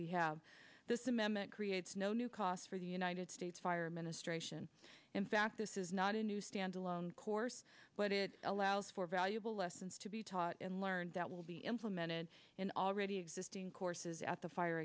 we have this amendment creates no new costs for the united states fire ministration in fact this is not a new standalone course but it allows for valuable lessons to be taught and learned that will be implemented in already existing courses at the fire